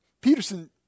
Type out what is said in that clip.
Peterson